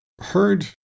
heard